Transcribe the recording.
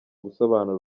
gusobanura